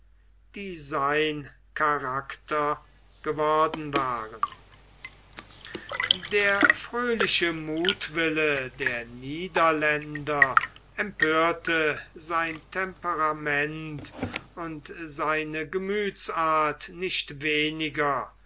die sein charakter geworden waren der fröhliche muthwille der niederländer empörte sein temperament und seine gemüthsart nicht weniger